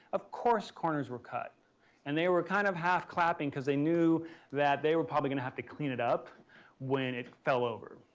of course corners were cut and they were kind of half clapping because they knew that they were probably going to have to clean it up when it fell over.